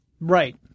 Right